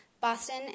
Boston